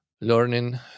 learning